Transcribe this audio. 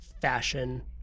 fashion